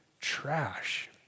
trash